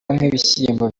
n’ibishyimbo